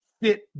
fit